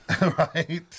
Right